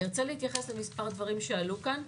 ארצה להתייחס למספר דברים שעלו כאן.